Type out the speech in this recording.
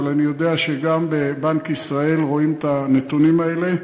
אבל אני יודע שגם בבנק ישראל רואים את הנתונים האלה.